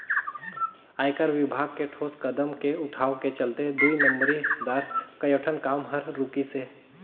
आयकर विभाग के ठोस कदम के उठाव के चलते दुई नंबरी दार कयोठन काम हर रूकिसे